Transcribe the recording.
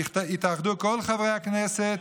יתאחדו כל חברי הכנסת,